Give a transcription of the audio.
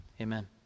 Amen